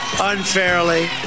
unfairly